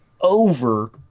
over